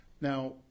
Now